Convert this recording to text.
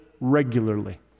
regularly